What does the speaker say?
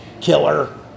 killer